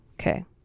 Okay